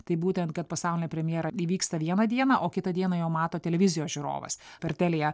tai būtent kad pasaulinė premjera įvyksta vieną dieną o kitą dieną jau mato televizijos žiūrovas per teliją